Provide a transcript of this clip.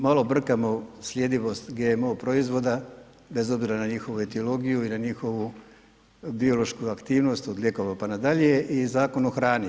Malo brkamo sljedivost GMO proizvoda, bez obzira na njihovu etiologiju i na njihovu biološku aktivnost od lijekova pa na dalje i Zakon o hrani.